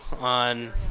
on